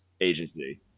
agency